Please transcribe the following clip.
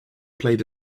played